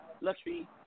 luxury